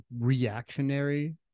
reactionary